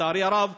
לצערי הרב,